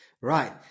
Right